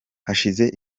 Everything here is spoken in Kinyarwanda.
hashize